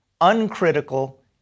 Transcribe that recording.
uncritical